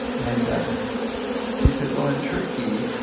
and she said, well in turkey,